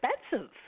expensive